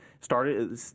started